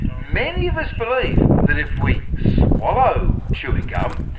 many of us believe that if we swallow chewing gum,